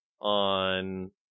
on